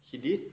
he did